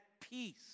peace